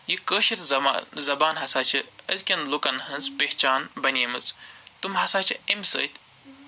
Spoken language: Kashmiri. یہِ کٲشِر زَبان زَبان ہسا چھِ أزکٮ۪ن لُکَن ۂنز پَہچان بَنٮ۪مژ تٔمۍ ہسا چھِ اَمہِ سۭتۍ